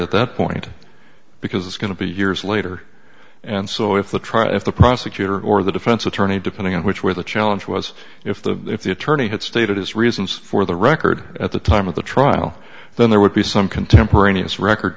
at that point because it's going to be years later and so if the trial if the prosecutor or the defense attorney depending on which where the challenge was if the if the attorney had stated his reasons for the record at the time of the trial then there would be some contemporaneous record